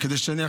סיימתי